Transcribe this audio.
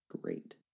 great